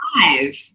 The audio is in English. five